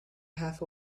half